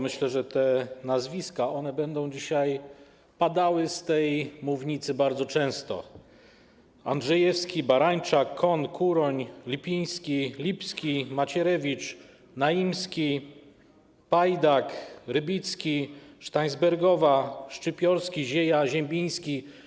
Myślę, że te nazwiska będą dzisiaj padały z tej mównicy bardzo często: Andrzejewski, Barańczak, Cohn, Kuroń, Lipiński, Lipski, Macierewicz, Naimski, Pajdak, Rybicki, Steinsbergowa, Szczypiorski, Zieja, Ziembiński.